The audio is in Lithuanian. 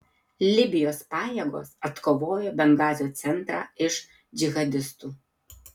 libijos pajėgos atkovojo bengazio centrą iš džihadistų